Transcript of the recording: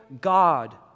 God